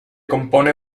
compone